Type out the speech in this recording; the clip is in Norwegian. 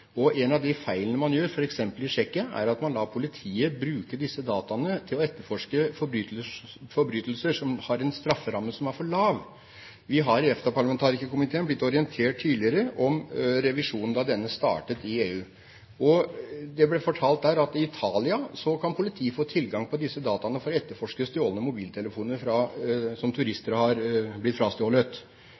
har en strafferamme som er for lav. Vi har i EFTA-parlamentarikerkomiteen tidligere blitt orientert om revisjonen da denne startet i EU. Der ble det fortalt at i Italia kan politiet få tilgang til disse dataene for å etterforske mobiltelefoner som turister har blitt